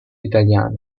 italiane